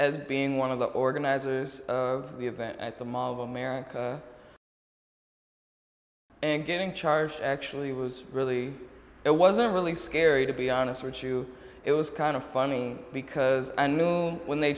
as being one of the organizers of the event at the mob america and getting charged actually was really it wasn't really scary to be honest ritu it was kind of funny because i knew when they